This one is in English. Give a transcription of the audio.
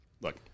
look